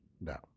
No